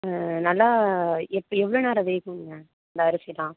நல்லா எப் எவ்வளோ நேரம் வேகுங்க இந்த அரிசி தான்